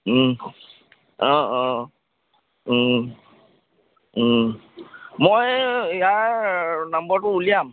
অঁ অঁ মই ইয়াৰ নম্বৰটো উলিয়াম